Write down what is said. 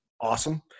awesome